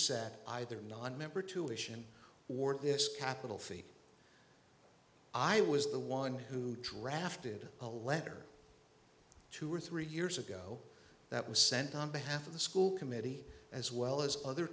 set either nonmember tuition or this capital fee i was the one who drafted a letter two or three years ago that was sent on behalf of the school committee as well as other